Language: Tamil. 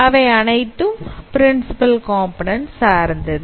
அவை அனைத்தும் பிரின்சிபல் காம்போநன்ண்ட் சார்ந்தது